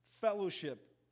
fellowship